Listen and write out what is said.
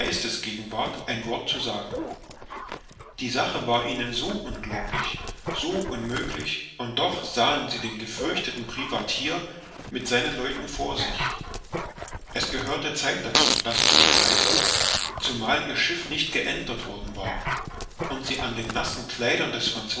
geistesgegenwart ein wort zu sagen die sache war ihnen so unglaublich so unmöglich und doch sahen sie den gefürchteten privateer mit seinen leuten vor sich es gehörte zeit dazu das zu begreifen zumal ihr schiff nicht geentert worden war und sie an den nassen kleidern